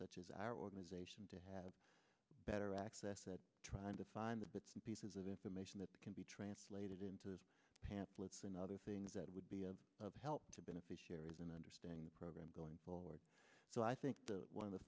such as our organization to have better access that trying to find the bits and pieces of information that can be translated into the pamphlets and other things that would be of help to beneficiaries in understanding the program going forward so i think one of the